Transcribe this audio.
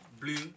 blue